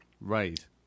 Right